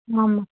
ஆமாம்